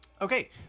okay